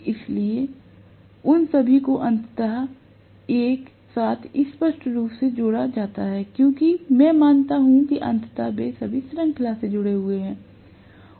इसलिए उन सभी को अंततः एक साथ स्पष्ट रूप से जोड़ा जाता है क्योंकि मैं मानता हूं कि अंततः वे सभी श्रृंखला में जुड़े हुए हैं